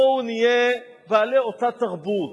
בואו נהיה בעלי אותה תרבות,